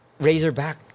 Razorback